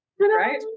right